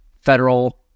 federal